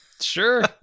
Sure